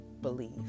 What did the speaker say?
believe